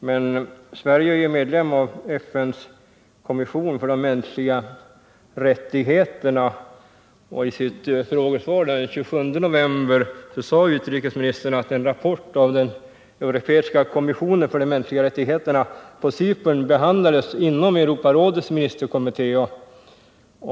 Men Sverige är medlem av FN:s kommission för de mänskliga rättigheterna, och i sitt frågesvar den 27 november förra året sade utrikesministern att en rapport från den europeiska kommissionen för de mänskliga rättigheterna på Cypern behandlades inom Europarådets ministerkommitté.